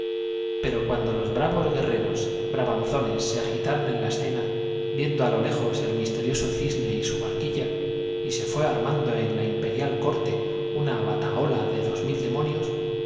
pero cuando los bravos guerreros bra en la escena viendo á lo lejos banzones se agitaron el misterioso cisne y su barquilla y sé fué armando la batahola de dos mil demo